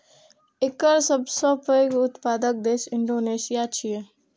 एकर सबसं पैघ उत्पादक देश इंडोनेशिया छियै